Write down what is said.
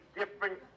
different